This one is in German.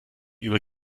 über